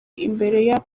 imbere